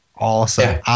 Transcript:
awesome